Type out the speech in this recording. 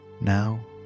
Now